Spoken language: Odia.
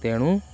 ତେଣୁ